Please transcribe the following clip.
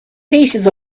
pieces